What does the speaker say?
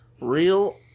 Real